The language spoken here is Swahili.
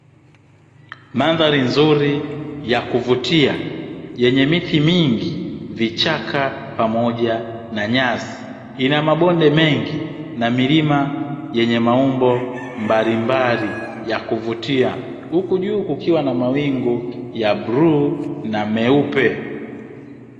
Mandhari nzuri ya kuvutia yenye miti mingi, vichaka pamoja na nyasi ,ina mabonde mengi na milima yenye maumbo mbalimbali ya kuvutia huku juu kukiwa na mawingu ya bluu na meupe.